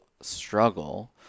struggle